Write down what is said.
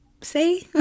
say